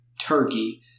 turkey